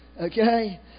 okay